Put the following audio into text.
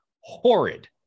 horrid